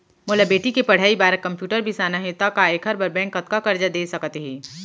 मोला बेटी के पढ़ई बार कम्प्यूटर बिसाना हे त का एखर बर बैंक कतका करजा दे सकत हे?